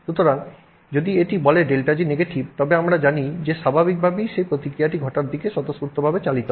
সুতরাং যদি এটি বলে ΔG নেগেটিভ তবে আমরা জানি যে স্বাভাবিকভাবেই সেই প্রতিক্রিয়াটি ঘটার দিকে স্বতঃস্ফূর্তভাবে চালিত হয়